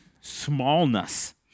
smallness